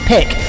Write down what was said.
Pick